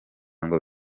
ngo